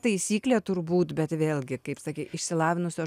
taisyklė turbūt bet vėlgi kaip sakei išsilavinusio